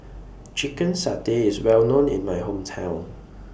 Chicken Satay IS Well known in My Hometown